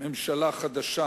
ממשלה חדשה.